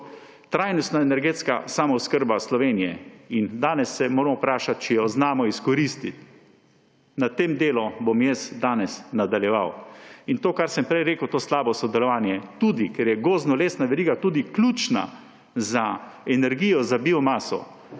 trajnostno energetsko samooskrbo Slovenije. Danes se moramo vprašati, ali jo znamo izkoristiti. Na tem delu bom danes nadaljeval. To, kar sem prej rekel, to slabo sodelovanje, tudi, ker je gozdno-lesna veriga ključna za energijo, za biomaso.